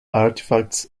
artifacts